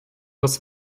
das